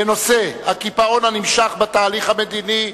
בנושא: הקיפאון הנמשך בתהליך המדיני.